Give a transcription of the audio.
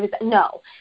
no